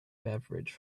beverage